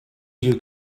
you